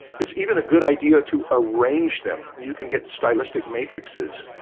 it's even a good idea to arrange them you can get stylistic matrixes.